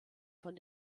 von